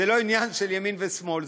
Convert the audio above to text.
זה לא עניין של ימין ושמאל,